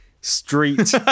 street